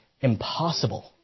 impossible